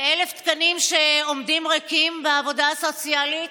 ו-1,000 תקנים שעומדים ריקים בעבודה סוציאלית,